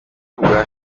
kubwa